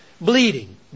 bleeding